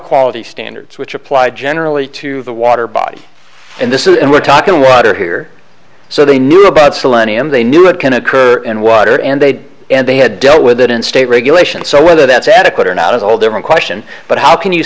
quality standards which apply generally to the water body and this is it we're talking water here so they knew about solenn iyam they knew it can occur in water and they did and they had dealt with it in state regulation so whether that's adequate or not is a whole different question but how can you